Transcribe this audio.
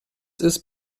ist